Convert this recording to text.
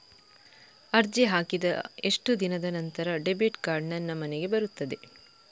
ಅರ್ಜಿ ಹಾಕಿದ ಎಷ್ಟು ದಿನದ ನಂತರ ಡೆಬಿಟ್ ಕಾರ್ಡ್ ನನ್ನ ಮನೆಗೆ ಬರುತ್ತದೆ?